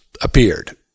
appeared